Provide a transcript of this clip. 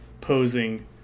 posing